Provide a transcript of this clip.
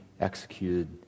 executed